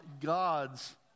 God's